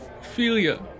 Ophelia